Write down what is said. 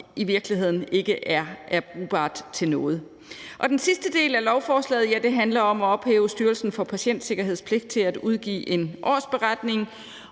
i virkeligheden ikke er brugbare til noget. Den sidste del af lovforslaget handler om at ophæve Styrelsen for Patientklagers pligt til at udgive en årsberetning.